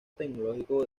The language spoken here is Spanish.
tecnológico